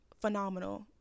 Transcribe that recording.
phenomenal